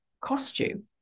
costume